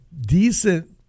decent